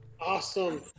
Awesome